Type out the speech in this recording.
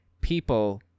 people